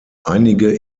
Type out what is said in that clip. einige